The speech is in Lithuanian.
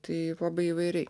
tai labai įvairiai